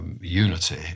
unity